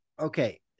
okay